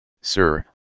Sir